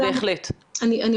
אני גם